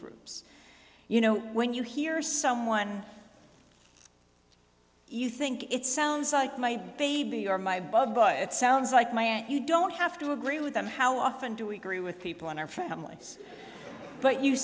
groups you know when you hear someone you think it sounds like my baby or my bum but it sounds like my aunt you don't have to agree with them how often do we agree with people in our families but you